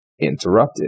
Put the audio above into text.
interrupted